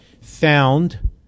found